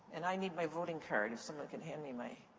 and i need my voting card, if someone can hand me my